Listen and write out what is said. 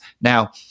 Now